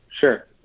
Sure